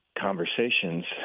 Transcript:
conversations